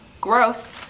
gross